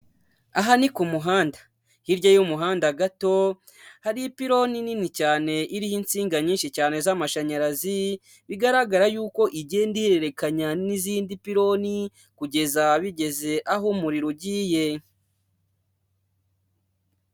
Aha ni ku muhanda, hirya y'umuhanda gato hari ipironi nini cyane iriho insinga nyinshi cyane z'amashanyarazi. Bigaragara yuko igenda ihererekanya n'izindi piloni kugeza bigeze aho umuriro ugiye.